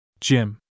Jim